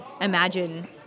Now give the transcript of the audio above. imagine